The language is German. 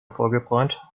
vorgebräunt